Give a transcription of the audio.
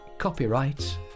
Copyright